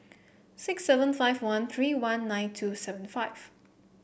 six seven five one three one nine two seven five